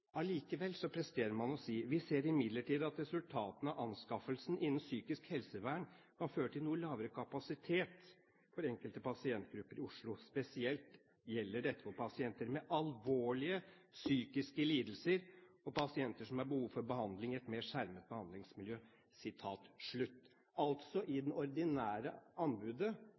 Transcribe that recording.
allikevel presterer man å si: «Vi ser imidlertid at resultatene av anskaffelsen innen psykisk helsevern kan føre til noe lavere kapasitet for enkelte pasientgrupper i Oslo. Spesielt gjelder dette for pasienter med alvorlige psykiske lidelser og pasienter som har behov for behandling i et mer skjermet behandlingsmiljø.» I det ordinære anbudet